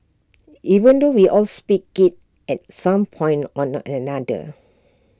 even though we all speak IT at some point or another